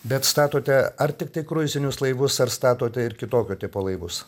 bet statote ar tiktai kruizinius laivus ar statote ir kitokio tipo laivus